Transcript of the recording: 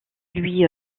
lui